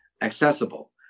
accessible